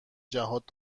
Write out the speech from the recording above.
جهات